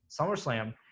SummerSlam